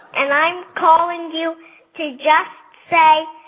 and i'm calling you to just say,